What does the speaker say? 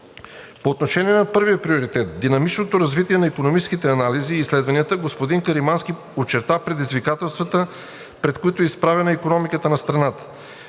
По отношение на първия приоритет – динамичното развитие на икономическите анализи, изследванията, господин Каримански очерта предизвикателствата, пред които е изправена икономиката на страната: